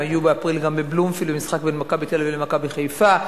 הם היו באפריל ב"בלומפילד" גם במשחק בין "מכבי תל-אביב" ל"מכבי חיפה",